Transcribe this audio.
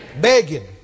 Begging